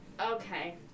Okay